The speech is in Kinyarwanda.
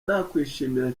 nakwishimira